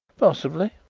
possibly,